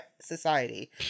society